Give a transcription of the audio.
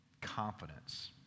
confidence